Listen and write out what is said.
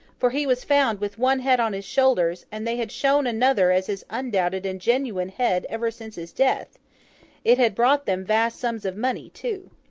for he was found with one head on his shoulders, and they had shown another as his undoubted and genuine head ever since his death it had brought them vast sums of money, too.